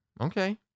Okay